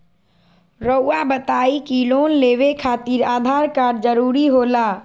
रौआ बताई की लोन लेवे खातिर आधार कार्ड जरूरी होला?